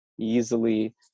easily